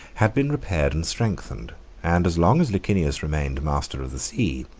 had been repaired and strengthened and as long as licinius remained master of the sea,